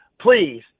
please